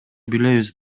билебиз